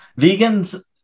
Vegans